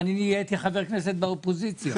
ואני נהייתי חבר כנסת באופוזיציה.